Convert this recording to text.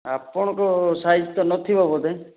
ଆପଣଙ୍କ ସାଇଜ୍ ତ ନଥିବ ବୋଧେ